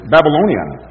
Babylonian